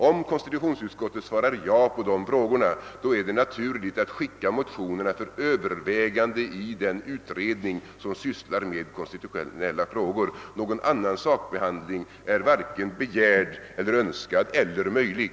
Om konstitutionsutskottet svarar ja på dessa frågor, är det naturligt att man skickar motionerna för övervägande i den utredning som sysslar med konstitutionella frågor. Någon annan sakbehandling är varken begärd, önskvärd eller möjlig.